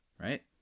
right